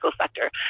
sector